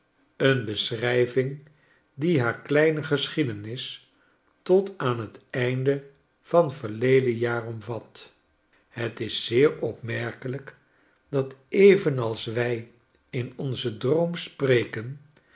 een beschrijving die haar kleine geschiedenis tot aan het einde van verleden jaar omvat het is zeer opmerkelijk dat evenals wij in onzen droom spreken